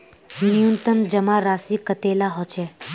न्यूनतम जमा राशि कतेला होचे?